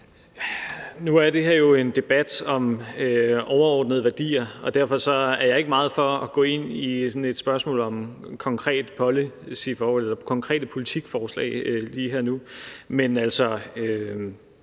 Nu er det her jo en debat om overordnede værdier, og derfor er jeg ikke meget for at gå ind i sådan et spørgsmål om konkrete politikforslag lige her og nu. Men social